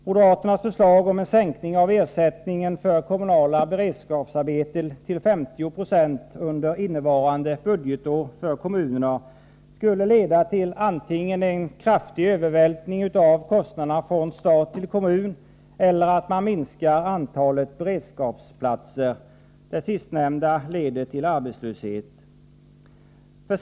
Moderaternas förslag om en sänkning av ersättningen för kommunala beredskapsarbeten till 50 26 under innevarande budgetår skulle leda antingen till en kraftig övervältring av kostnaderna från stat till kommun eller till att man minskar antalet beredskapsplatser. Det sistnämnda leder till arbetslöshet.